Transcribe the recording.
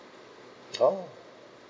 oh